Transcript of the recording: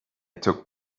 took